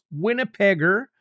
Winnipegger